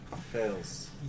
fails